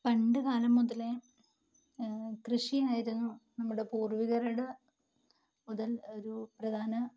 പണ്ടുക്കാലം മുതലെ കൃഷിയായിരുന്നു നമ്മുടെ പൂര്വികരുടെ മുതല് ഒരു പ്രധാന